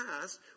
past